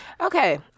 Okay